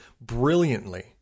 brilliantly